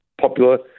popular